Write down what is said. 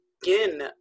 begin